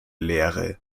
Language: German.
lehre